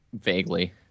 Vaguely